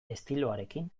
estiloarekin